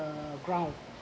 the ground